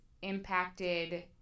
impacted